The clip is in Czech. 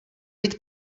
být